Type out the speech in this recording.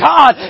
God